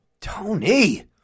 Tony